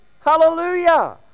Hallelujah